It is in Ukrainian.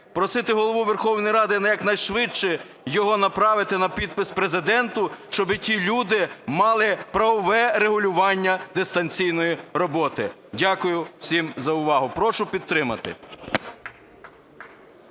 просити Голову Верховної Ради якнайшвидше його направити на підпис Президенту, щоби ті люди мали правове регулювання дистанційної роботи. Дякую всім за увагу. Прошу підтримати.